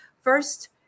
first